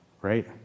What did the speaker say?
right